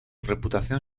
reputación